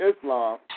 Islam